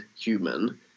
human